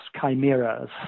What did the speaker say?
chimeras